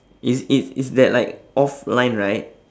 it's it's it's that like off line right